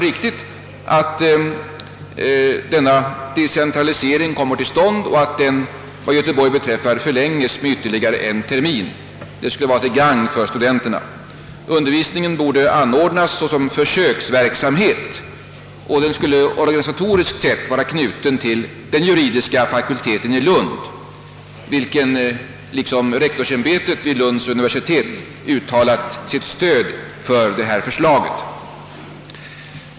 Vad Göteborg beträffar bör den ske genom att ifrågavarande kurs förlänges med ytterligare en termin. Detta skulle vara till gagn för studenterna. Undervisningen borde anordnas som försöksverksamhet och organisatoriskt vara knuten till den juridiska fakulteten i Lund, vilken liksom rektorsämbetet vid Lunds uinversitet uttalat sitt stöd för förslaget.